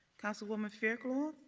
councilwoman fairclough.